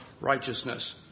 righteousness